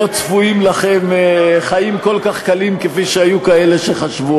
לא צפויים לכם חיים כל כך קלים כפי שהיו כאלה שחשבו.